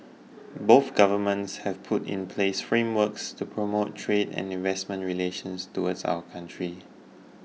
both governments have put in place frameworks to promote trade and investment relations towards our countries